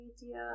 media